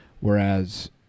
Whereas